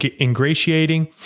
ingratiating